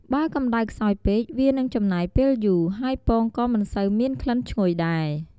បើកម្តៅខ្សោយពេក វានឹងចំណាយពេលយូរ ហើយពងក៏មិនសូវមានក្លិនឈ្ងុយដែរ។